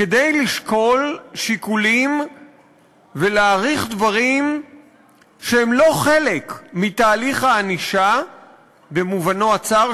כדי לשקול שיקולים ולהעריך דברים שהם לא חלק מתהליך הענישה במובנו הצר,